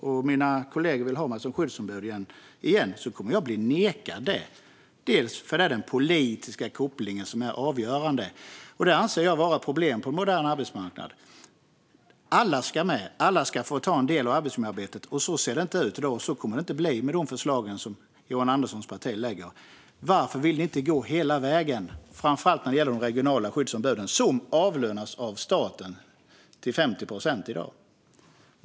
Om mina kollegor då vill ha mig som skyddsombud igen kommer jag att bli nekad detta, för det är den politiska kopplingen som är avgörande. Det anser jag vara ett problem på en modern arbetsmarknad. Alla ska med. Alla ska få ta en del av arbetsmiljöarbetet. Men så ser det inte ut i dag, och så kommer det inte att bli med de förslag som Johan Anderssons parti lägger fram. Varför vill ni inte gå hela vägen, framför allt när det gäller de regionala skyddsombuden? Dessa avlönas av staten till 50 procent i dag.